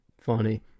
Funny